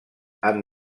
han